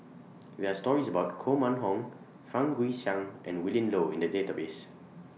There Are stories about Koh Mun Hong Fang Guixiang and Willin Low in The Database